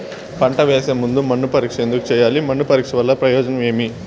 పంట వేసే ముందు మన్ను పరీక్ష ఎందుకు చేయాలి? మన్ను పరీక్ష వల్ల ప్రయోజనం ఏమి?